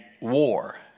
war